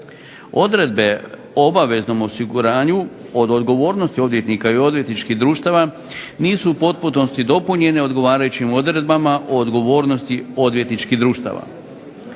Odredbe o obaveznom osiguranju od odgovornosti odvjetnika i odvjetničkih društava nisu u potpunosti dopunjene odgovarajućim odredbama o odgovornosti odvjetničkih društava.